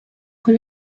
con